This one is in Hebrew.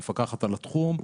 המפקחת על התחום,